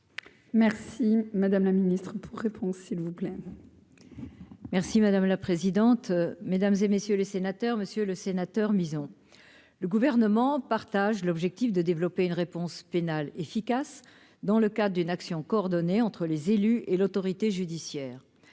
sur les prérogatives d'maire merci. Merci madame la présidente, mesdames et messieurs les sénateurs, Monsieur le Sénateur, Mison le gouvernement partage l'objectif de développer une réponse pénale efficace dans le cadre d'une action coordonnée entre les élus et l'autorité judiciaire,